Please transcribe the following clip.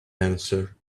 answer